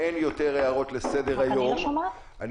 על פי הסדר שהוצע, אני